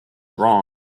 wrong